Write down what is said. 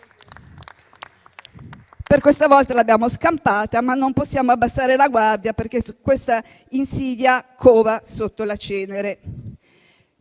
Per questa volta l'abbiamo scampata, ma non possiamo abbassare la guardia, perché questa insidia cova sotto la cenere.